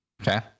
Okay